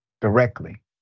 directly